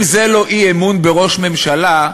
אם זה לא אי-אמון בראש ממשלה,